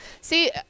See